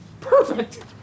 Perfect